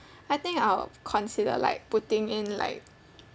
I think I'll consider like putting in like